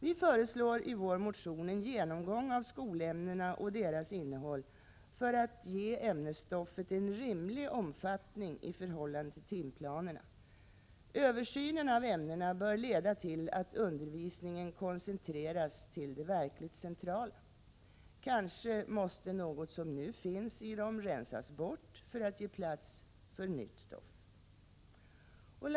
Vi föreslår i vår motion en genomgång av skolämnena och deras innehåll för att ge ämnesstoffet en rimlig omfattning i förhållande till timplanerna. Översynen av ämnena bör leda till att undervisningen koncentreras till det verkligt centrala. Kanske måste något som nu finns i dem rensas bort för att ge plats för nytt stoff?